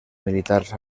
militars